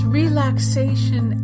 relaxation